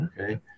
okay